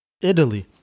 Italy